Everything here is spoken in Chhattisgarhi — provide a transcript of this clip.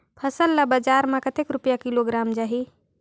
फसल ला बजार मां कतेक रुपिया किलोग्राम जाही?